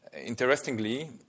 Interestingly